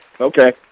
Okay